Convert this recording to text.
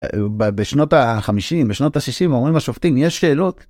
בשנות ה-50, בשנות ה-60, אומרים לשופטים, יש שאלות.